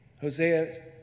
Hosea